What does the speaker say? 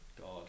God